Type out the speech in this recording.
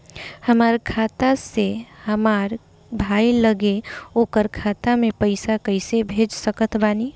हमार खाता से हमार भाई लगे ओकर खाता मे पईसा कईसे भेज सकत बानी?